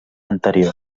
anterior